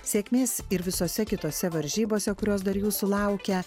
sėkmės ir visose kitose varžybose kurios dar jūsų laukia